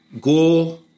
go